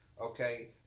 Okay